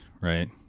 right